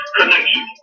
connection